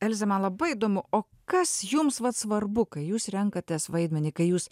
elze man labai įdomu o kas jums vat svarbu kai jūs renkatės vaidmenį kai jūs